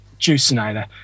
Juicinator